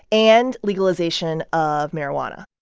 and legalization of marijuana.